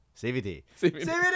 CVT